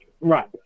Right